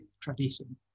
tradition